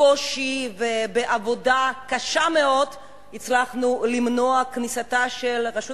בקושי ובעבודה קשה מאוד למנוע את הכניסה של הרשות